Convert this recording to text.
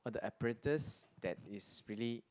all the apparatus that is really